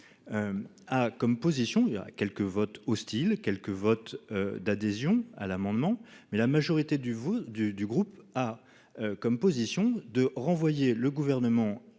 A comme position il y a quelques votes hostiles quelques vote d'adhésion à l'amendement mais la majorité du vote du du groupe A. Comme position de renvoyer le gouvernement et